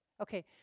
Okay